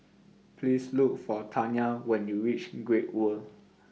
Please Look For Tanya when YOU REACH Great World